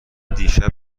دیشب